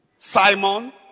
Simon